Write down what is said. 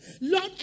lord